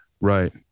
Right